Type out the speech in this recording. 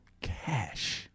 cash